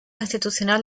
institucional